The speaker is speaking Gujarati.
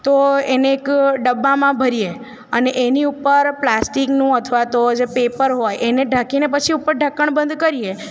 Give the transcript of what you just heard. તો એને એક ડબ્બામાં ભરીએ અને એની ઉપર પ્લાસ્ટિકનું અથવા તો જે પેપર હોય એને ઢાંકીને પછી ઉપર ઢક્કણ બંદ કરીએ